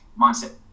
mindset